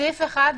בסעיף 1,